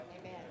Amen